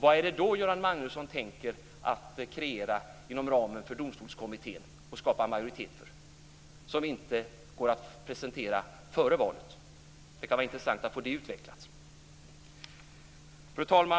Vad är det som Göran Magnusson tänker kreera inom ramen för Domstolskommittén och skapa majoritet för, som inte går att presentera före valet? Det vore intressant att få den frågan utvecklad. Fru talman!